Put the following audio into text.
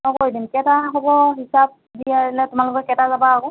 অঁ কৰি দিম কেইটা হ'ব হিচাপ দিয়া তোমালোকে কেইটা যাবা আকৌ